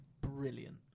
brilliant